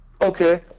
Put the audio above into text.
Okay